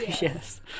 yes